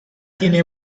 tiene